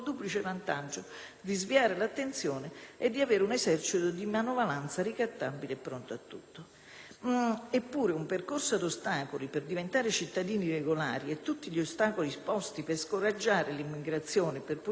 Eppure un percorso ad ostacoli per divenire cittadini regolari e tutti gli ostacoli posti per scoraggiare l'immigrazione e per punire gli immigrati finiranno col produrre - anche e forse senza che chi lo ha proposto lo abbia voluto - questi effetti.